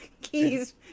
keys